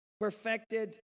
perfected